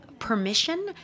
permission